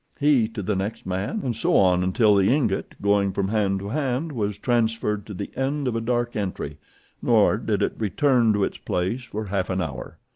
he to the next man, and so on until the ingot, going from hand to hand, was transferred to the end of a dark entry nor did it return to its place for half an hour.